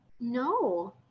No